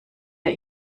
der